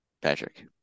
Patrick